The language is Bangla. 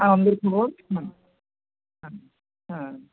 আর আমাদের খবর হুম হ্যাঁ হ্যাঁ